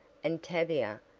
and tavia,